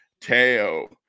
Teo